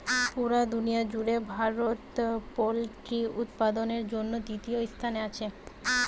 পুরা দুনিয়ার জুড়ে ভারত পোল্ট্রি উৎপাদনের জন্যে তৃতীয় স্থানে আছে